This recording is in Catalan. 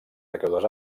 dècades